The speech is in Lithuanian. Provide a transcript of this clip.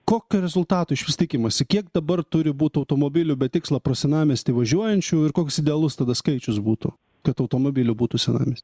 kokio rezultato išvis tikimasi kiek dabar turi būt automobilių be tikslo pro senamiestį važiuojančių ir koks idealus tada skaičius būtų kad automobilių būtų senamies